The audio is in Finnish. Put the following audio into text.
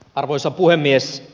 arvoisa puhemies